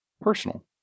personal